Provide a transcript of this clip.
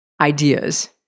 ideas